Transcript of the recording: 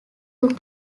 took